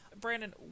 Brandon